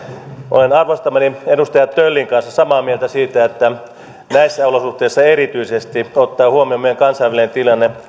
olen arvostamani edustaja töllin kanssa samaa mieltä siitä että näissä olosuhteissa erityisesti ottaen huomioon meidän kansainvälinen tilanteemme